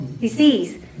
disease